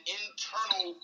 internal